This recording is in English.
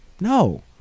no